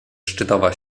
szczytowa